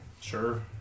Sure